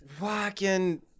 walking